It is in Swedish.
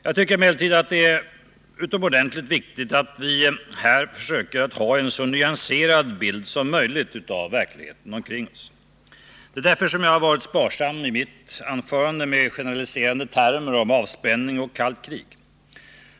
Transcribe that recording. Jag tvcker emellertid att det är utomordentligt viktigt att vi försöker att ha en så nyanserad bild som möjligt av verkligheten omkring oss. Det är därför som jag i mitt anförande har varit sparsam med generaliserande termer om avspänning och kallt krig.